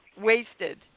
Wasted